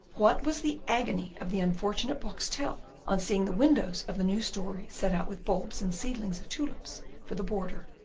what was the agony of the unfortunate boxtel on seeing the windows of the new story set out with bulbs and seedlings of tulips for the border,